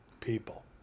people